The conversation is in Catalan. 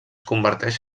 converteix